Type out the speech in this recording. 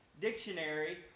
Dictionary